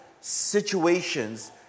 situations